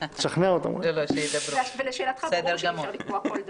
לשאלתך, ברור שאי-אפשר לקבוע כל דבר.